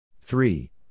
three